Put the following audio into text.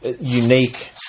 unique